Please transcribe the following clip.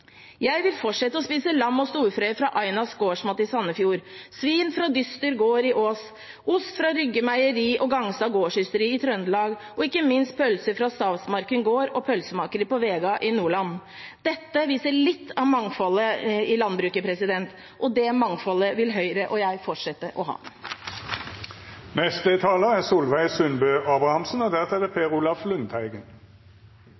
Jeg vil fortsette med å spise lam og storfe fra Ainas Gaardsmat i Sandefjord, svin fra Dyster Gård i Ås, ost fra Rygge Meieri og fra Gangstad Gårdsysteri i Trøndelag, og ikke minst pølser fra Stavsmarken Gård og Pølsemakeri på Vega i Nordland. Dette viser litt av mangfoldet i landbruket, og det mangfoldet vil Høyre og jeg fortsette å ha.